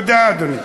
תודה, אדוני.